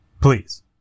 Please